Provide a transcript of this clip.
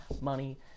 money